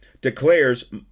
declares